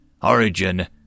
Origin